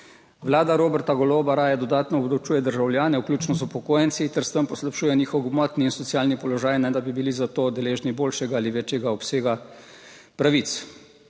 Vlada Roberta Goloba raje dodatno obdavčuje državljane, vključno z upokojenci, ter s tem poslabšuje njihov gmotni in socialni položaj, ne da bi bili za to deležni boljšega ali večjega obsega pravic.